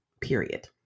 period